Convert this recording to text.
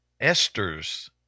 Esther's